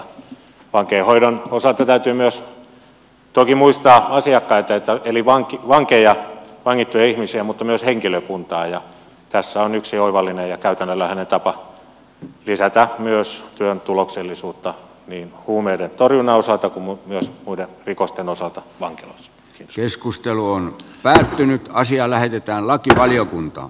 vankeinhoidon osalta täytyy myös toki muistaa asiakkaita eli vankeja vangittuja ihmisiä mutta myös henkilökuntaa ja tässä on yksi oivallinen ja käytännönläheinen tapa lisätä myös työn tuloksellisuutta niin huumeiden torjunnan osalta kuin myös muiden rikosten torjunnan osalta vaan keskustelu on päättynyt ja asia lähetetään lakivaliokuntaan